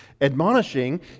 Admonishing